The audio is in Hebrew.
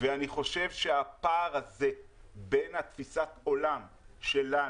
אני חושב שהפער הזה בין תפיסת עולם שלנו,